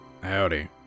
Howdy